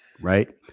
Right